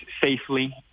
safely